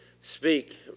speak